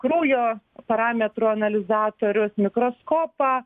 kraujo parametrų analizatorius mikroskopą